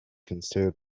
consider